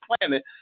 planet